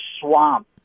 swamp